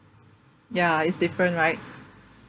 ya it's different right